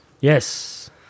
Yes